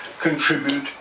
contribute